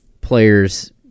players